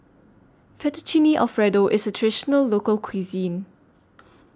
Fettuccine Alfredo IS A Traditional Local Cuisine